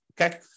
Okay